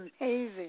amazing